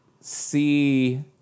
see